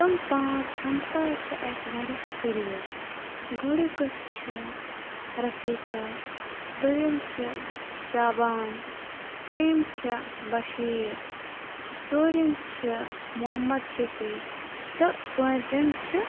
تِم پانٛژھ ہَمساے چھِ اَسہِ واریاہ قریٖب گۄڈنیُکے چھُ رفیٖکا دوٚیِم چھِ شابان تریٚیِم چھےٚ بشیٖر ژوٗرِم چھِ محمد شفیع تہٕ پۭنٛژِم چھِ